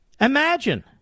Imagine